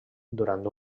durant